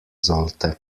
sollte